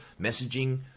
messaging